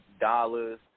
Dollars